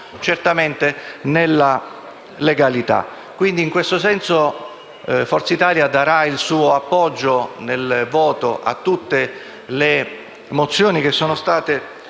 terminata nella legalità. In questo senso Forza Italia darà il suo appoggio nel voto a tutte le mozioni che sono state